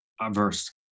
averse